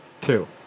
two